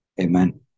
Amen